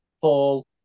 Paul